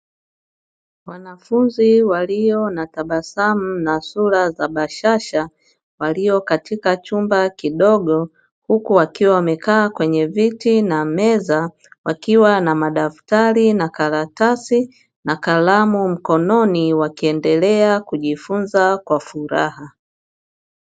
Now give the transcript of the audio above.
Wanafunzi walio na tabasamu na sura za bashasha, walio katika chumba kidogo huku wakiwa wamekaa kwenye viti na meza, wakiwa na madaftari na karatasi na kalamu mkononi wakiendelea kujifunza kwa furaha.